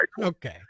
Okay